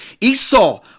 Esau